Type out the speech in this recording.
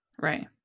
Right